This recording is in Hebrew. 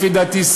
לפי דעתי,